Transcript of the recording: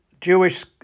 Jewish